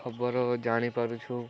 ଖବର ଜାଣିପାରୁଛୁ